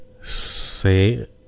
say